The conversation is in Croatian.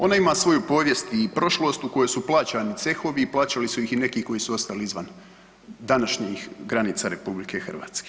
Ona ima svoju povijest i prošlost u kojoj su plaćani cehovi i plaćali su ih i neki koji su ostali izvan današnjih granica RH.